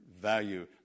value